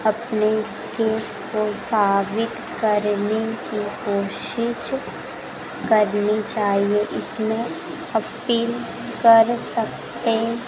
अपने केस को साबित करने की कोशिश करनी चाहिए इसमें अपिल कर सकते